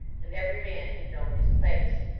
and every man had known his place.